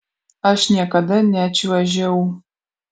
aš niekada nečiuožiau